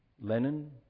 Lenin